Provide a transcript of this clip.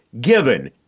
given